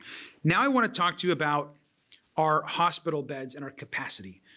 now i want to talk to you about our hospital beds and our capacity.